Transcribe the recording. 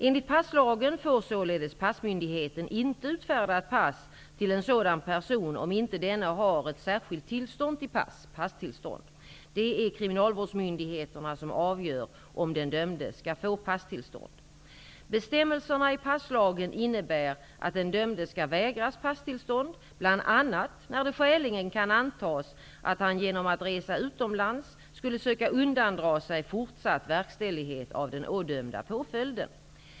Enligt passlagen får således passmyndigheten inte utfärda ett pass till en sådan person om inte denne har ett särskilt tillstånd till pass s.k. passtillstånd. Det är kriminalvårdsmyndigheterna som avgör om den dömde skall få passtillstånd. Bestämmelserna i passlagen innebär att den dömde skall vägras passtillstånd bl.a. när det skäligen kan antas att han genom att resa utomlands skulle söka undandra sig fortsatt verkställighet av den ådömda påföljden .